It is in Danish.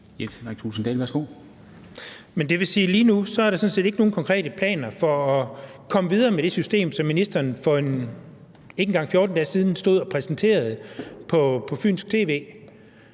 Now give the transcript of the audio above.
det sige, at der lige nu sådan set ikke er nogen konkrete planer for at komme videre med det system, som ministeren for ikke engang 14 dage siden stod og præsenterede på fynsk tv?